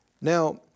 Now